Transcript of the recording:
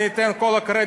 אני אתן לך את כל הקרדיט,